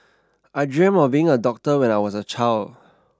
I dreamt of being a doctor when I was a child